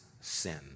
sin